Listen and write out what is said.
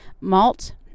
malt